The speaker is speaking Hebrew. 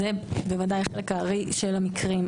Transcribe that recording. זה בוודאי החלק הארי של המקרים,